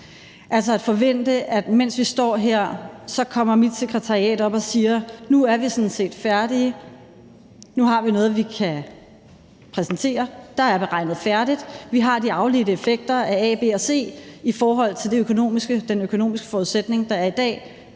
at forvente, at mens vi står her, kommer mit sekretariat op og siger: Nu er vi sådan set færdige, nu har vi noget, vi kan præsentere, der er beregnet færdigt. Vi har de afledte effekter af A, B og C i forhold til den økonomiske forudsætning, der er i dag,